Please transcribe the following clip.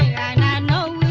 and no